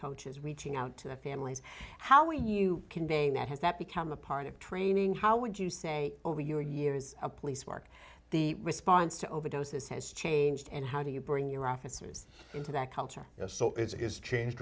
coaches reaching out to the families how do you convey that has that become a part of training how would you say over your years of police work the response to overdoses has changed and how do you bring your officers into that culture as so it's changed